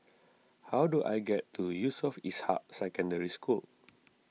how do I get to Yusof Ishak Secondary School